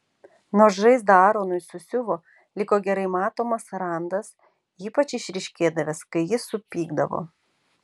nors žaizdą aronui susiuvo liko gerai matomas randas ypač išryškėdavęs kai jis supykdavo